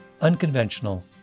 unconventional